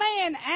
man